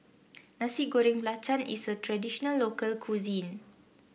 Nasi Goreng Belacan is a traditional local cuisine